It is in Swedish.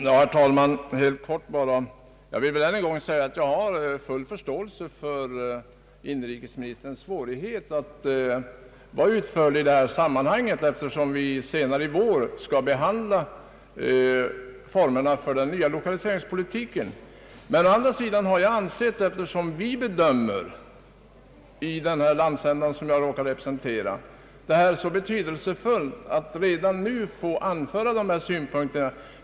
Herr talman! Jag vill ännu en gång säga att jag har full förståelse för inrikesministerns svårighet att vara utförlig i detta sammanhang, eftersom vi i vår skall behandla formerna för den nya lokaliseringspolitiken. Men i den landsända som jag råkar representera anser vi att det är betydelsefullt att redan nu få anföra dessa synpunkter.